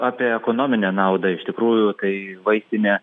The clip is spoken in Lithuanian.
apie ekonominę naudą iš tikrųjų tai vaistinė